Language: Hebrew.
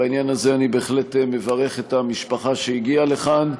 בעניין הזה אני בהחלט מברך את המשפחה שהגיעה לכאן.